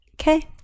Okay